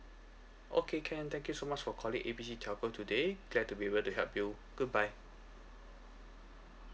okay can thank you so much for calling A B C telco today glad to be able to help you good bye